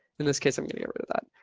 in this case, i'm getting rid of that.